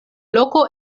loko